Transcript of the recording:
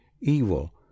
evil